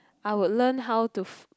I would learn how to